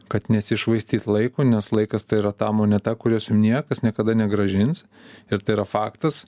kad nesišvaistyt laiku nes laikas tai yra ta moneta kurios jum niekas niekada negrąžins ir tai yra faktas